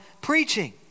preaching